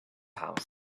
house